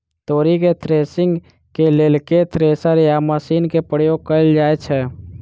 तोरी केँ थ्रेसरिंग केँ लेल केँ थ्रेसर या मशीन केँ प्रयोग कैल जाएँ छैय?